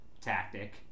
tactic